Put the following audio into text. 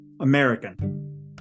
American